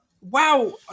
wow